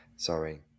Sorry